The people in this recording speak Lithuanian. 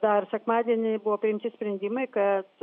dar sekmadienį buvo priimti sprendimai kad